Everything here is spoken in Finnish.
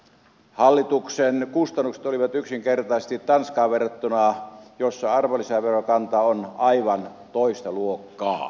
hallituksen kustannukset olivat yksinkertaisesti korkeat tanskaan verrattuna missä arvonlisäverokanta on aivan toista luokkaa